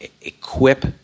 equip